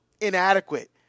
inadequate